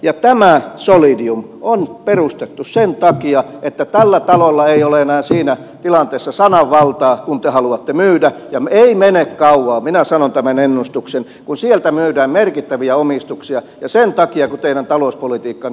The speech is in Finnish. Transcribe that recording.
tämä solidium on perustettu sen takia että tällä talolla ei ole enää siinä tilanteessa sananvaltaa kun te haluatte myydä ja ei mene kauan minä sanon tämän ennustuksen kun sieltä myydään merkittäviä omistuksia ja sen takia kun teidän talouspolitiikkanne on epäonnistunut